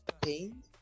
pain